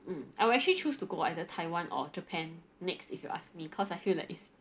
mm I would actually choose to go either taiwan or japan next if you ask me cause I feel like it's